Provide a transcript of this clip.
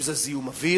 אם זה זיהום אוויר